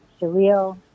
surreal